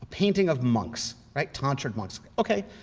painting of monks, like tonsured monks. ok,